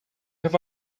have